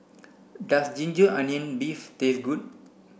does ginger onion beef taste good